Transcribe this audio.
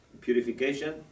purification